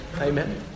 Amen